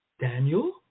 Daniel